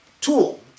tool